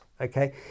Okay